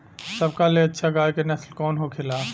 सबका ले अच्छा गाय के नस्ल कवन होखेला?